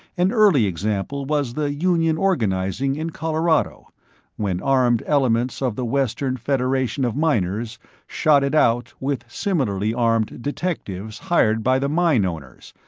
an early example was the union organizing in colorado when armed elements of the western federation of miners shot it out with similarly armed detectives hired by the mine owners,